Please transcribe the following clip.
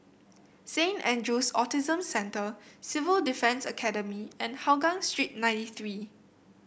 Saint Andrew's Autism Centre Civil Defence Academy and Hougang Street nine three